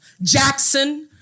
Jackson